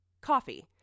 coffee